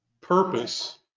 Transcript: purpose